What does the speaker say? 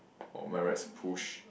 on my right is a push